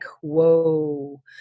whoa